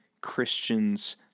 Christians